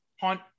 On